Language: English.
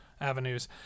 avenues